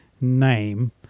name